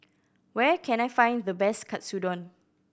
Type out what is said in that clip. where can I find the best Katsudon